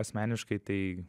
asmeniškai tai